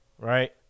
right